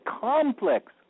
complex